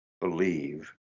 believe